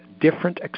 different